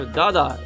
dada